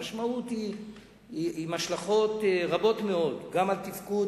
המשמעות היא עם השלכות רבות מאוד, גם על תפקוד